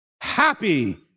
happy